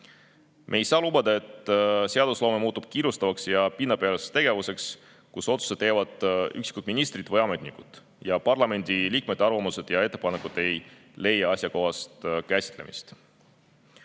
Me ei saa lubada, et seadusloome muutub kiirustavaks ja pinnapealseks tegevuseks, kus otsuse teevad üksikud ministrid või ametnikud ja parlamendiliikmete arvamused ja ettepanekud ei leia asjakohast käsitlemist.